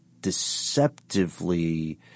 deceptively